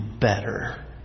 better